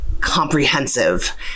comprehensive